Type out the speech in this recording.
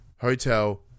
Hotel